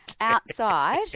outside